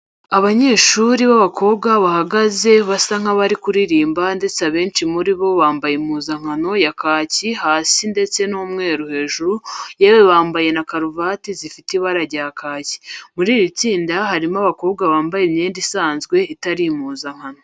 Abanyeshuri b'abakobwa bahagaze basa n'abari kuririmba ndeste abenshi muri bo bampaye impuzankano ya kaki hasi ndetse n'umweru hejuru yewe bambaye na kurvati zifite ibara rya kaki. Muri iri tsinda harimo abakobwa bambaye imyenda isanzwe itari impuzankano.